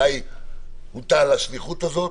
עלי הוטלה השליחות הזאת.